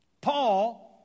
Paul